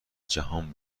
جهان